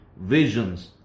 visions